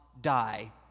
die